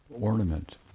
ornament